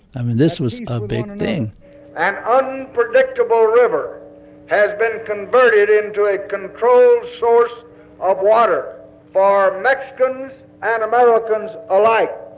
i mean this was a big thing an unpredictable river has been converted into a controlled source of water for mexicans and americans alike.